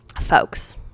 folks